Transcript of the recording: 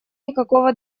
никакого